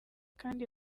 kandi